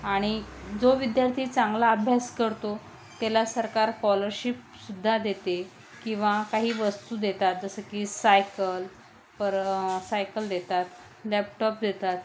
आणि जो विद्यार्थी चांगला अभ्यास करतो त्याला सरकार कॉलरशिपसुद्धा देते किंवा काही वस्तू देतात जसं की सायकल पर सायकल देतात लॅपटॉप देतात